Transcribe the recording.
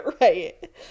Right